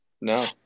No